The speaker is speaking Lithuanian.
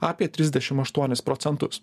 apie trisdešim aštuonis procentus